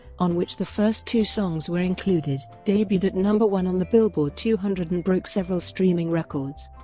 on which the first two songs were included, debuted at number one on the billboard two hundred and broke several streaming records.